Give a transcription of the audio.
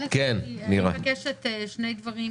אני מבקשת שני דברים.